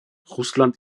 russland